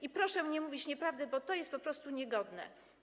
I proszę nie mówić nieprawdy, bo to jest po prostu niegodne.